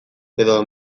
edo